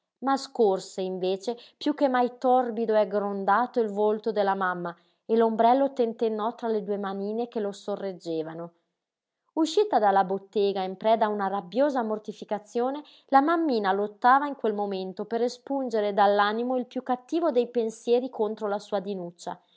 ma scorse invece piú che mai torbido e aggrondato il volto della mamma e l'ombrello tentennò tra le due manine che lo sorreggevano uscita dalla bottega in preda a una rabbiosa mortificazione la mammina lottava in quel momento per espungere dall'animo il piú cattivo dei pensieri contro la sua dinuccia